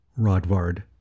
Rodvard